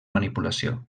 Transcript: manipulació